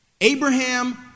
Abraham